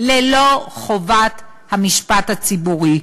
ללא חובת המשפט הציבורי,